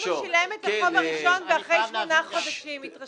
ואם הוא שילם את החוב הראשון ואחרי שמונה חודשים התרשל?